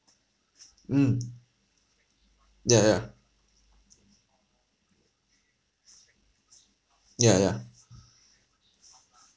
mm ya ya ya ya